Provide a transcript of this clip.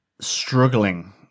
struggling